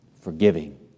forgiving